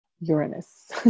Uranus